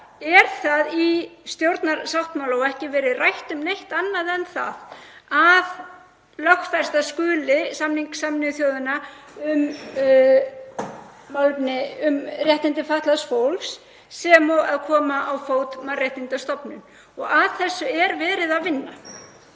er það í stjórnarsáttmála, og ekki verið rætt um neitt annað, að lögfesta skuli samning Sameinuðu þjóðanna um réttindi fatlaðs fólks sem og að koma á fót mannréttindastofnun. Að þessu er verið að vinna